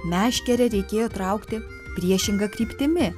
meškerę reikėjo traukti priešinga kryptimi